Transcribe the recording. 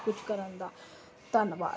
ਕੁਛ ਕਰਨ ਦਾ ਧੰਨਵਾਦ